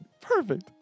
Perfect